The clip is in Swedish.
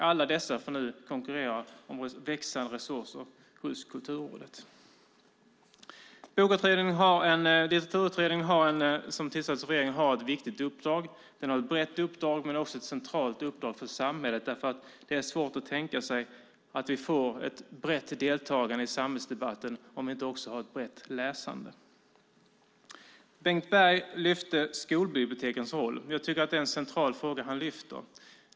Alla dessa får nu konkurrera om växande resurser hos Kulturrådet. Bokutredningen som har tillsatts av regeringen har ett viktigt uppdrag. Den har ett brett uppdrag men också ett centralt uppdrag för samhället därför att det är svårt att tänka sig att vi får ett brett deltagande i samhällsdebatten om vi inte också har ett brett läsande. Bengt Berg lyfte fram skolbibliotekens roll. Jag tycker att det är en central fråga han tar upp.